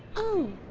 oh.